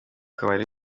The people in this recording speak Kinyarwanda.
kabari